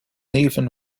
even